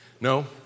No